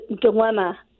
dilemma